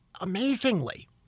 Amazingly